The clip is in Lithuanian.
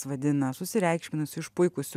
vadina susireikšminusiu išpuikusiu